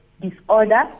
disorder